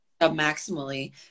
maximally